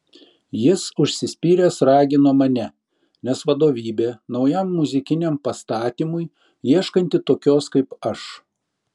jis užsispyręs ragino mane nes vadovybė naujam muzikiniam pastatymui ieškanti tokios kaip aš